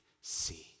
see